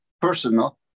personal